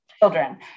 children